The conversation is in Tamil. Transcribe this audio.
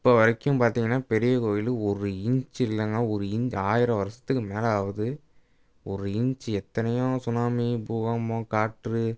இப்போ வரைக்கும் பார்த்தீங்கன்னா பெரிய கோவில் ஒரு இன்ச் இல்லலைங்க ஒரு இந்த ஆயிரம் வருஷத்துக்கு மேலே ஆகுது ஒரு இன்ச் எத்தனையோ சுனாமி பூகம்பம் காற்று